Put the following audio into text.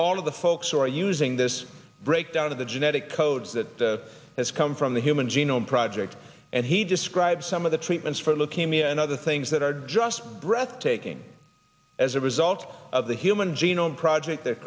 all of the folks are using this break down of the genetic codes that the has come from the human genome project and he describes some of the treatments for looking me and other things that are just breathtaking as a result of the human genome project th